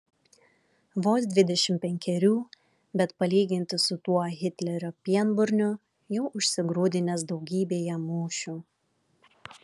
vos dvidešimt penkerių bet palyginti su tuo hitlerio pienburniu jau užsigrūdinęs daugybėje mūšių